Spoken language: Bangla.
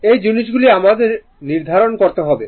এই জিনিসগুলি আমাদের নির্ধারণ করতে হবে